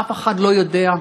אף אחד לא יודע.